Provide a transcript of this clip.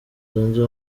zunze